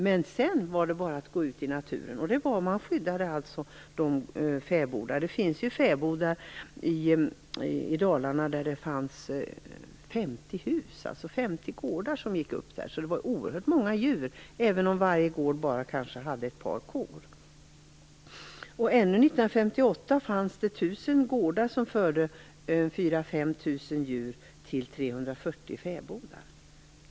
Men bortom det var det bara att gå ut i naturen. Man skyddade alltså fäbodarna. I Dalarna fanns det fäbodar med 50 gårdar. Så det var oerhört många djur, även om varje gård bara hade ett par kor. Så sent som 1958 fanns det 1 000 gårdar som förde 4 000-5 000 djur till 340 fäbodar.